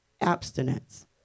abstinence